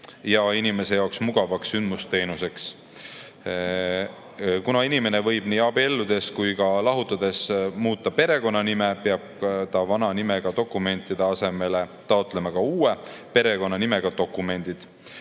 ja inimese jaoks mugavaks sündmusteenuseks. Kuna inimene võib nii abielludes kui ka lahutades muuta perekonnanime, peab ta vana nimega dokumentide asemele taotlema ka uue perekonnanimega dokumendid.